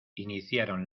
iniciaron